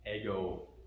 Ego